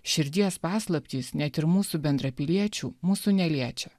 širdies paslaptys net ir mūsų bendrapiliečių mūsų neliečia